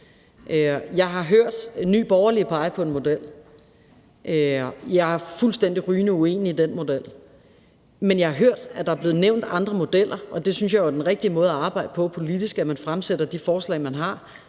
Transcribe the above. Jeg har hørt Nye Borgerlige pege på en model. Jeg er fuldstændig rygende uenig i den model, men jeg har hørt, at der er blevet nævnt andre modeller, og det synes jeg jo er den rigtige måde at arbejde på politisk, nemlig at man fremsætter de forslag, man har,